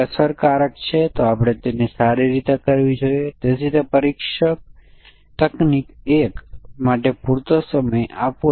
અને સંખ્યાત્મક ચલનું શું છે તેથી આપણે ફક્ત આંકડાકીય સીમાઓ પર ધ્યાન આપ્યું કે જો તે શબ્દમાળા હોય તો શું